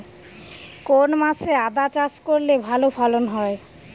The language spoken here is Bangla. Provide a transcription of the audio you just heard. কোন মাসে আদা চাষ করলে ভালো ফলন হয়?